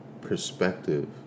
perspective